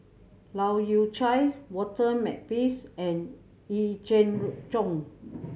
Leu Yew Chye Walter Makepeace and Yee Jenn Road